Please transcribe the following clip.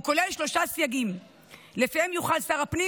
והוא כולל שלושה סייגים שלפיהם יוכל שר הפנים